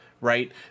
right